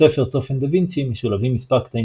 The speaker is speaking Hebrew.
בספר "צופן דה וינצ'י" משולבים מספר קטעים